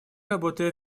работая